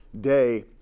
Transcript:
day